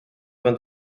vingt